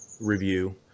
review